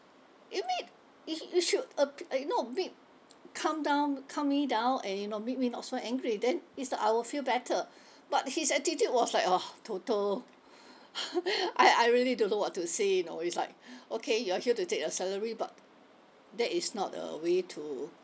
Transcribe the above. you mean he you should ap~ uh you know make calm down calm me down and you know make me not so angry then it's like I will feel better but his attitude was like uh total I I really don't know what to say you know it's like okay you are here to take your salary but that is not a way to